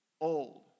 old